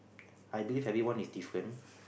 I believe everyone is different